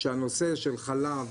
שהנושא של חלב,